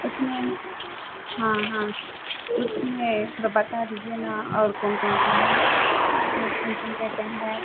उसमें हाँ हाँ उसमें थोड़ा बता दीजिए ना और कौन कौन सा है उसमें फनसन क्या क्या है